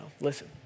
listen